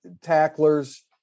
tacklers